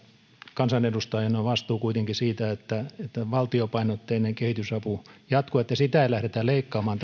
kansanedustajina on vastuu kuitenkin siitä että valtiopainotteinen kehitysapu jatkuu että sitä ei lähdetä leikkaamaan